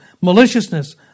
maliciousness